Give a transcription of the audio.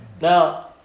now